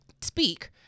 speak